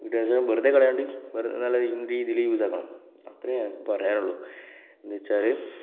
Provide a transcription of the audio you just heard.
കിട്ടിയ അവസരം വെറുതെ കളയാതെ നല്ല രീതിയിൽ യൂസ് ആക്കണം അത്രയേ എനിക്ക് പറയാനുള്ളു എന്നു വച്ചാൽ